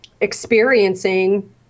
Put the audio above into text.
experiencing